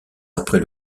après